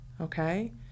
okay